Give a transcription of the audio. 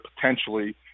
potentially –